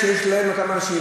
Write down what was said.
שיש להם, בישראל?